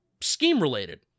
scheme-related